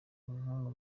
nk’umwe